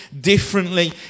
differently